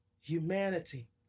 humanity